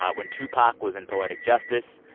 ah when tupac was in poetic justice,